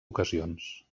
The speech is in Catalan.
ocasions